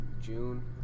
June